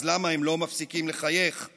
אז למה הם לא מפסיקים לחייך /